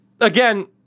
Again